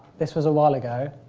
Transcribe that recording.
this was a while ago.